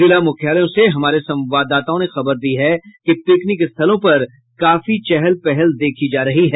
जिला मुख्यालयों से हमारे संवाददाताओं ने खबर दी है कि पिकनिक स्थलों पर काफी चहल पहल देखी जा रही है